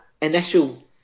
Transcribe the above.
initial